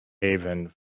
haven